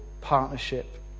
partnership